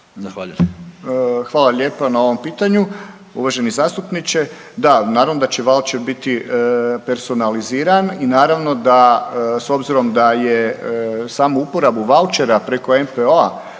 Hvala lijepa na ovom pitanju uvaženi zastupniče. Da, naravno da će vaučer biti personaliziran i naravno da s obzirom da je samu uporabu vaučera preko NPO-a